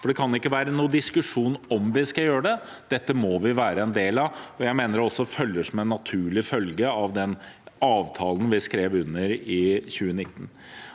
For det kan ikke være noen diskusjon om vi skal gjøre det, dette må vi være en del av, og jeg mener det også er en naturlig følge av den avtalen vi skrev under i 2019.